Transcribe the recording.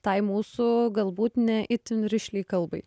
tai mūsų galbūt ne itin rišliai kalbai